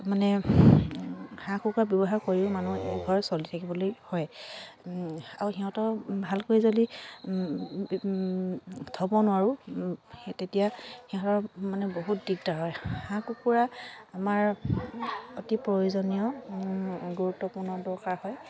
মানে হাঁহ কুকুৰা কৰিও মানুহ ঘৰ চলি থাকিবলৈ হয় আৰু সিহঁতক ভালকৈ যদি থ'ব নোৱাৰোঁ তেতিয়া সিহঁতৰ মানে বহুত দিগদাৰ হয় হাঁহ কুকুৰা আমাৰ অতি প্ৰয়োজনীয় গুৰুত্বপূৰ্ণ দৰকাৰ হয়